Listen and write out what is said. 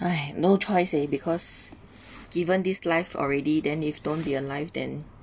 no choice eh because given this life already then if don't be alive then